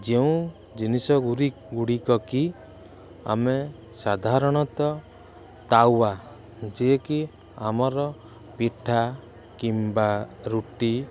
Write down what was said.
ଯେଉଁ ଜିନିଷ ଗୁରି ଗୁଡ଼ିକ କି ଆମେ ସାଧାରଣତଃ ତାୱା ଯେକି ଆମର ପିଠା କିମ୍ବା ରୁଟି